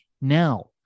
Now